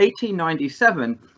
1897